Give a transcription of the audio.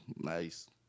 nice